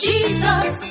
Jesus